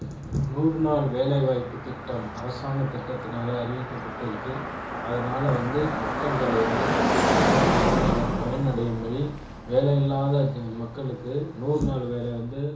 நூறு நாள் வேலைவாய்ப்பு திட்டம் அரசாங்க திட்டத்தினால் அறிவிக்கப்பட்டிருக்குது அதனால் வந்து மக்கள்கள் வந்து நல்ல பலன் பயனடையும் படி வேலை இல்லாத மக்களுக்கு நூறு நாள் வேலை வந்து